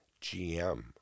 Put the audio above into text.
GM